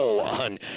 on